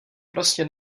prostě